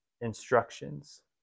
instructions